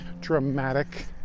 dramatic